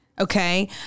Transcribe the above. Okay